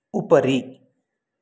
उपरि